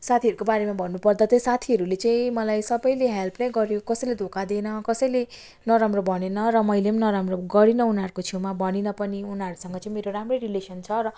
साथीहरूको बारेमा भन्नु पर्दा त साथीहरूले चाहिँ मलाई सबैले हेल्प नै गर्यो कसैले धोका दिएन कसैले नराम्रो भनेन र मैले नराम्रो गरिनँ उनीहरूको छेउमा भनिनँ पनि उनीहरूसँग चाहिँ मेरो राम्रै रिलेसन छ र मेरो परिवार ल